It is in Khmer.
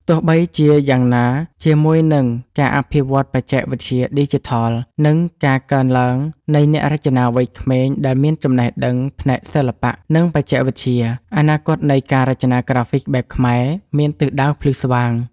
ទោះបីជាយ៉ាងណា ជាមួយនឹងការអភិវឌ្ឍបច្ចេកវិទ្យាឌីជីថល និងការកើនឡើងនៃអ្នករចនាវ័យក្មេងដែលមានចំណេះដឹងផ្នែកសិល្បៈ និងបច្ចេកវិទ្យា អនាគតនៃការរចនាក្រាហ្វិកបែបខ្មែរមានទិសដៅភ្លឺស្វាង។